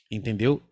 Entendeu